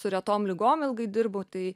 su retom ligom ilgai dirbu tai